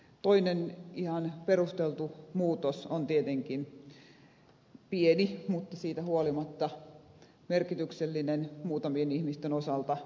toinen ihan perusteltu muutos on tietenkin pieni mutta siitä huolimatta merkityksellinen muutamien ihmisten osalta